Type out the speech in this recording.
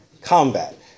combat